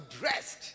dressed